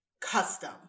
custom